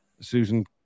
Susan